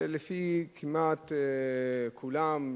שלפי כמעט כולם,